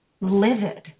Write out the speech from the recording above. livid